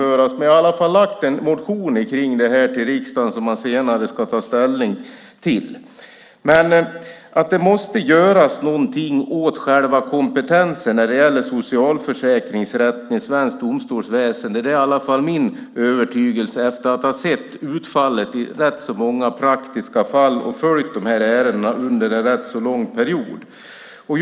Jag har i alla fall här i riksdagen väckt en motion om detta som man senare ska ta ställning till. Att något måste göras åt själva kompetensen när det gäller socialförsäkringsrätten i svenskt domstolsväsen är i alla fall min övertygelse efter det att jag har sett utfallet i rätt så många praktiska fall och efter det att jag under en rätt så lång period har följt de här ärendena.